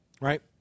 Right